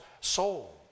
soul